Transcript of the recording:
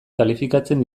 kalifikatzen